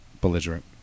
belligerent